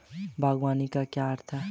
बागवानी का क्या अर्थ है?